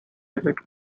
vivid